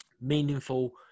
meaningful